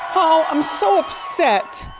oh i'm so upset.